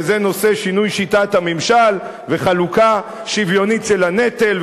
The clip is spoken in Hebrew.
ואלה הנושאים של שינוי שיטת הממשל וחלוקה שוויונית של הנטל,